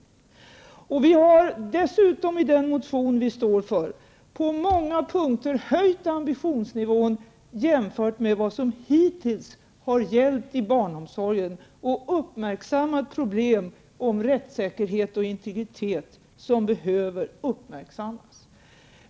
I den motion vi står för har vi dessutom på många punkter höjt ambitionsnivån jämfört med vad som hittills har gällt i barnomsorgen och uppmärksammat de problem om rättssäkerhet och integritet som behöver uppmärksammas.